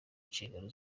inshingano